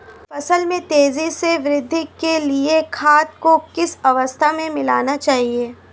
फसल में तेज़ी से वृद्धि के लिए खाद को किस अवस्था में मिलाना चाहिए?